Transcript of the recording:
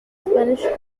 spanish